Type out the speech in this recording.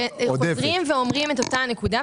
הם חוזרים ואומרים את אותה נקודה,